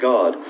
God